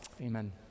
Amen